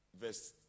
verse